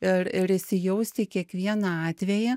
ir ir įsijaust į kiekvieną atvejį